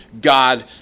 God